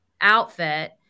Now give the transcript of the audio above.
outfit